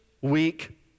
week